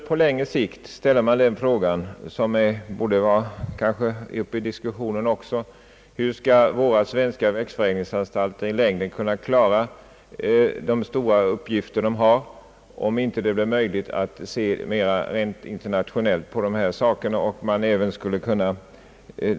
På längre sikt ställer man sig dock den fråga, som kanske borde diskuteras även här: Hur skall våra svenska växtförädlingsanstalter i längden kunna klara de stora uppgifter de nu har, om det inte blir möjligt att se mera internationellt på dessa saker?